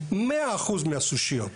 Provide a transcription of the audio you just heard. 100% מהסושיות,